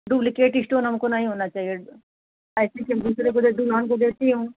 duplicate stone हमको नहीं होना चाहिए ऐसी कि हम दूसरे को दे दुल्हन को देती हूँ